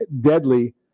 deadly